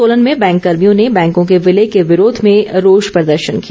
सोलन में बैंक कर्मियों ने बैंकों के विलय के विरोध में रोष प्रदर्शन किया